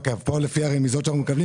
שלפי הרמיזות שאנחנו מקבלים,